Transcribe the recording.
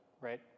right